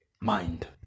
mind